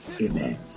Amen